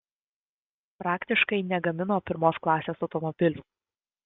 praktiškai negamino pirmos klasės automobilių